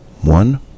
one